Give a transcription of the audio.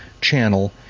channel